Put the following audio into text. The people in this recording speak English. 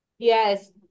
Yes